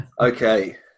okay